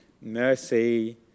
mercy